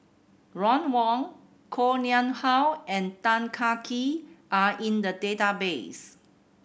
Ron Wong Koh Nguang How and Tan Kah Kee are in the database